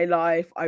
life